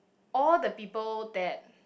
all the people that